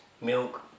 milk